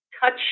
touch